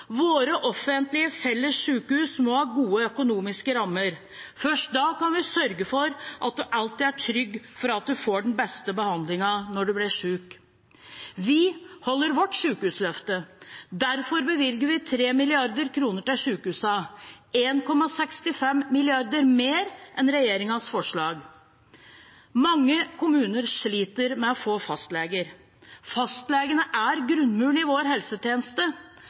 Våre offentlige, felles sykehus må ha gode økonomiske rammer. Først da kan vi sørge for at en alltid er trygg på at en får den beste behandlingen når en blir syk. Vi holder vårt sykehusløfte. Derfor bevilger vi 3 mrd. kr til sykehusene, 1,65 mrd. kr mer enn regjeringens forslag. Mange kommuner sliter med å få fastleger. Fastlegene er grunnmuren i vår helsetjeneste.